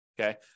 Okay